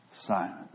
Simon